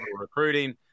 recruiting